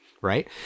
right